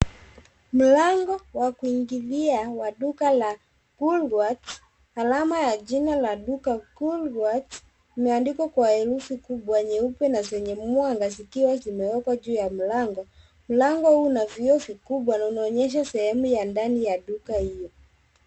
Mlango wa kuingilia wa duka la Woolworths. Alama ya jina ya duka Woolworths, imeandikwa kwa herufi kubwa nyeupe na zenye mwanga zikiwa zimewekwa juu ya mlango. Mlango huu una vioo vikubwa na unaonyesha sehemu ya ndani ya duka hio.